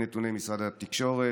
על פי נתוני משרד התקשורת,